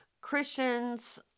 Christians